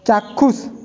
চাক্ষুষ